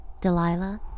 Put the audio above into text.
Delilah